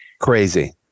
crazy